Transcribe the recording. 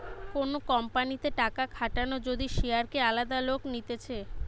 কোন কোম্পানিতে টাকা খাটানো যদি শেয়ারকে আলাদা লোক নিতেছে